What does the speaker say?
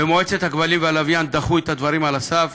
במועצה לשידורי כבלים ולשידורי לוויין דחו את הדברים על הסף,